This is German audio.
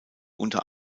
unter